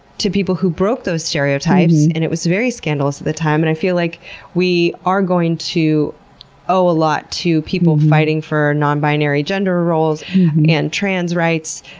people who broke those stereotypes, and it was very scandalous at the time. and i feel like we are going to owe a lot to people fighting for non-binary gender roles and trans rights,